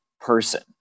person